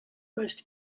most